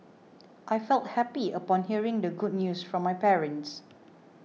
I felt happy upon hearing the good news from my parents